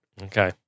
Okay